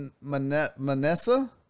Manessa